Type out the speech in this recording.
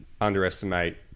underestimate